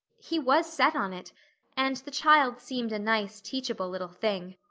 he was set on it and the child seemed a nice, teachable little thing.